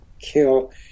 kill